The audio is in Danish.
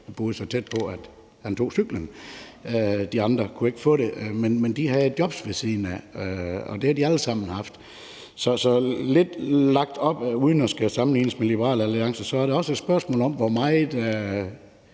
han boede så tæt på, at han tog cyklen, og de andre kunne ikke få det. De havde jobs siden af, og det har de alle sammen haft. Så det er, hvis man stiller det lidt op, uden at det skal sammenlignes med Liberal Alliance, også et spørgsmål om, hvor meget